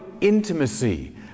intimacy